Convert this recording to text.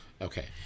Okay